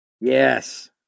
Yes